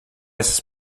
essas